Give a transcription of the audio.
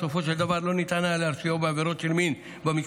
ובסופו של דבר לא ניתן היה להרשיעו בעבירות של מין במשפחה,